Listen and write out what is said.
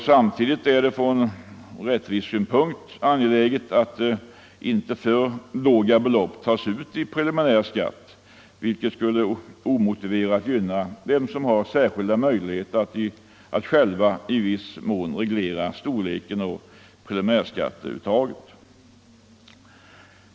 Samtidigt är det från rättvisesynpunkt angeläget att inte för låga belopp tas ut i preliminär skatt, vilket skulle omotiverat gynna dem som har särskilda möjligheter att själva i viss mån reglera storleken av preliminärskatteuttaget.